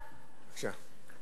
בבקשה.